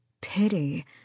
Pity